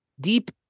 deep